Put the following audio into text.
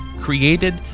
created